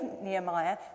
Nehemiah